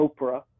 Oprah